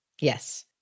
Yes